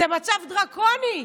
זה מצב דרקוני.